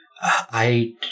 I-